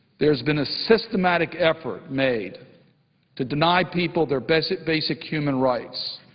there has been a systemic effort made to deny people their basic basic human rights,